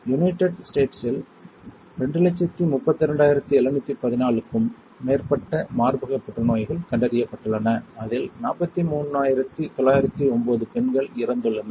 United ஸ்டேட்ஸில் 232714 க்கும் மேற்பட்ட மார்பக புற்றுநோய்கள் கண்டறியப்பட்டுள்ளன அதில் 43909 பெண்கள் இறந்துள்ளனர்